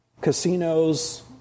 casinos